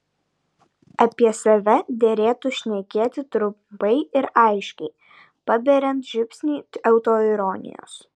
apie save derėtų šnekėti trumpai ir aiškiai paberiant žiupsnį autoironijos